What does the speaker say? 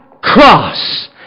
cross